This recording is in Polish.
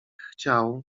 chciał